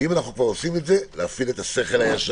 ואם אנחנו כבר עושים את זה אז להפעיל את השכל הישר.